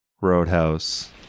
Roadhouse